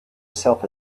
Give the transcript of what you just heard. self